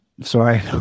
Sorry